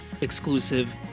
exclusive